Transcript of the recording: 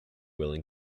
willing